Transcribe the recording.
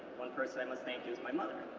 one person i must thank is my mother.